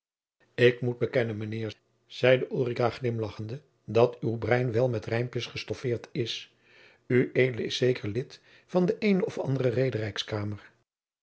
ik moet bekennen mijnheer zeide ulrica glimlagchende dat uw brein wel met rijmpjens gestoffeerd is ued is zekerlijk lid van de eene of andere